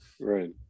Right